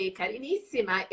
carinissima